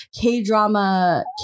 K-drama